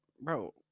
Bro